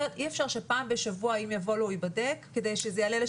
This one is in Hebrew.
אי אפשר שפעם בשבוע אם יבוא לו הוא ייבדק כדי שזה יעלה ל-70%.